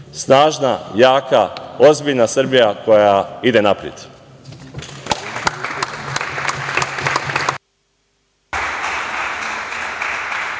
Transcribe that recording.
snažna, jaka, ozbiljna Srbija koja ide napred.